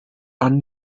are